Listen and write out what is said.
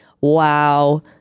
wow